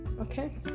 Okay